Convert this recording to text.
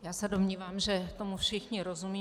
Já se domnívám, že tomu všichni rozumíme.